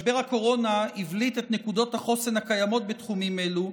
משבר הקורונה הבליט את נקודות החוסן הקיימות בתחומים אלו,